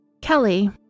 Kelly